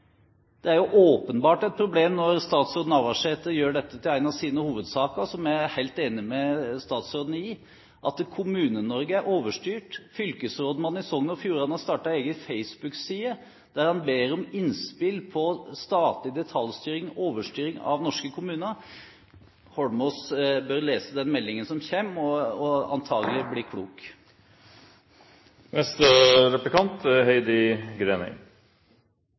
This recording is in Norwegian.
Det er jo åpenbart et problem, når statsråd Navarsete gjør dette til en av sine hovedsaker. Jeg er helt enig med statsråden i at Kommune-Norge er overstyrt. Fylkesrådmannen i Sogn og Fjordane har startet en egen Facebook-side, der han ber om innspill om statlig detaljstyring og overstyring av norske kommuner. Holmås bør lese den meldingen som kommer, og antagelig bli klok.